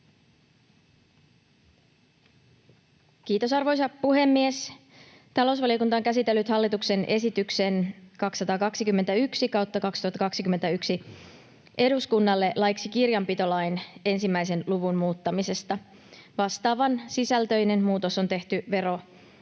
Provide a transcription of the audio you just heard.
Kiitos, arvoisa puhemies! Talousvaliokunta on käsitellyt hallituksen esityksen 221/2021 eduskunnalle laiksi kirjanpitolain 1 luvun muuttamisesta. Vastaavansisältöinen muutos on tehty verolainsäädännön